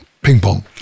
Ping-pong